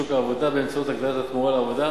לשוק העבודה באמצעות הגדלת התמורה לעבודה